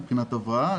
מבחינת הבראה,